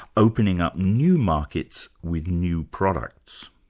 opening up new markets with new products.